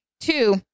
Two